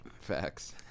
facts